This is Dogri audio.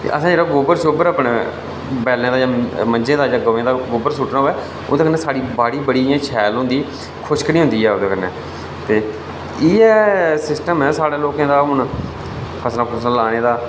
असें जेहड़ा गोबर शोबर बैलं दा मंझें बगैरे दा गोबर सुट्टना होऐ ओह्दे कन्नै साढ़ी बाड़ी बड़ी शैल रौंह्दी ऐ बाडी खुशक नेईं होंदी ते एह् सिस्टम ऐ साढ़े लोकें दा हून फसल लाने दा